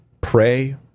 pray